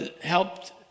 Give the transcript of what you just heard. helped